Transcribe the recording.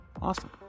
Awesome